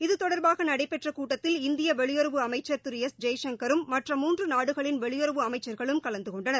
இதுதொடர்பாக நடைபெற்ற கூட்டத்தில் இந்திய வெளியுறவு அமைச்சர் திரு எஸ் ஜெய்சங்கரும் மற்ற மூன்று நாடுகளின் வெளியுறவு அமைச்சர்களும் கலந்து கொண்டனர்